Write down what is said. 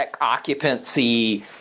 occupancy